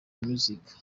music